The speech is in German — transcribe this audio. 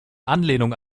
anlehnung